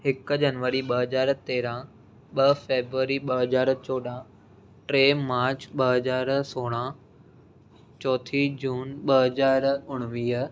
हिकु जनवरी ॿ हज़ार तेरहं ॿ फेबरी ॿ हज़ार चोॾहं टे मार्च ॿ हज़ार सोरहं चौथी जून ॿ हज़ार उणिवीह